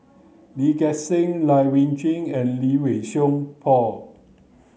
Lee Gek Seng Lai Weijie and Lee Wei Song Paul